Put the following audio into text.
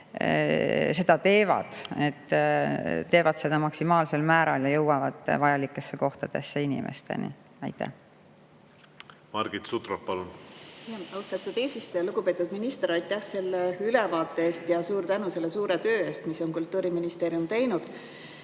seda teevad, teevad seda maksimaalsel määral ja jõuavad vajalikesse kohtadesse, inimesteni. Margit Sutrop, palun! Margit Sutrop, palun! Austatud eesistuja! Lugupeetud minister! Aitäh selle ülevaate eest ja suur tänu selle suure töö eest, mida Kultuuriministeerium on teinud!